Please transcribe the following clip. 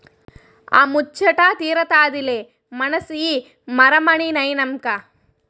ఆ ముచ్చటా తీరతాదిలే మనసి మరమనినైనంక